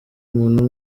umuntu